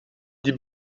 die